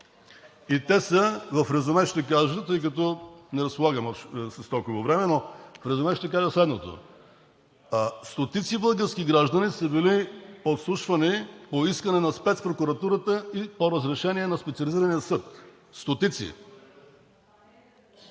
и те са, в резюме ще кажа, тъй като не разполагам с толкова време, но в резюме ще кажа следното. Стотици български граждани са били подслушвани по искане на Спецпрокуратурата и по разрешение на Специализирания съд. Стотици!